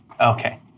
Okay